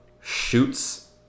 shoots